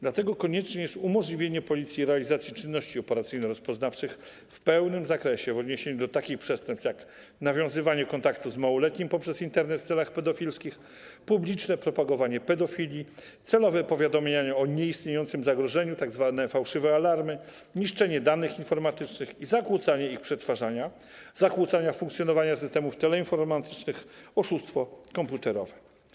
Dlatego konieczne jest umożliwienie Policji realizacji czynności operacyjno-rozpoznawczych w pełnym zakresie w odniesieniu do takich przestępstw jak nawiązywanie kontaktu z małoletnim poprzez Internet w celach pedofilskich, publiczne propagowanie pedofilii, celowe powiadamianie o nieistniejącym zagrożeniu, tzw. fałszywe alarmy, niszczenie danych informatycznych i zakłócanie ich przetwarzania, zakłócanie funkcjonowania systemów teleinformatycznych, oszustwo komputerowe.